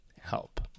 help